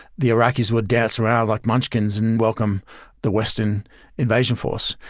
the iraqis would dance around like munchkins and welcome the western invasion force.